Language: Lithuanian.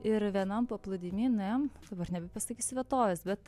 ir vienam paplūdimy nuėjom dabar nebepasakysiu vietovės bet